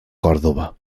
còrdova